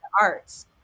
arts